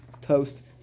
toast